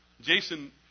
Jason